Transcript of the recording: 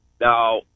Now